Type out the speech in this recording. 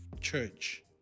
church